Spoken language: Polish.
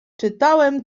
czytałem